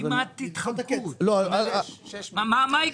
ולדימיר צודק, מה יקרה?